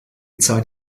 zeit